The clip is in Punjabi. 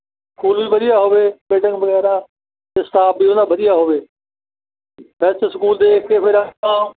ਸਕੂਲ ਵਧੀਆ ਹੋਵੇ ਬਿਲਡਿੰਗ ਵਗੈਰਾ ਅਤੇ ਸਟਾਫ ਵੀ ਉਹਦਾ ਵਧੀਆ ਹੋਵੇ ਬੈਸਟ ਸਕੂਲ ਦੇਖ ਕੇ ਫਿਰ ਆਪਾਂ